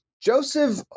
Joseph